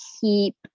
keep